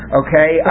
okay